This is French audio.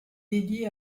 dédiée